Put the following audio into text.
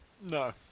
No